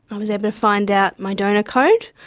i was able to find out my donor code.